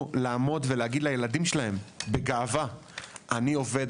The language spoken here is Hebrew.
לעמוד ולהגיד לילדים שלהו בגאווה "אני עובד,